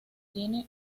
tiene